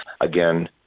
Again